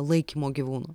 laikymo gyvūnų